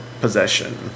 possession